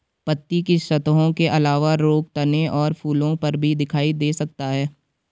पत्ती की सतहों के अलावा रोग तने और फूलों पर भी दिखाई दे सकता है